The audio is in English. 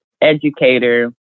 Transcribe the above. educator